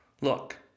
Look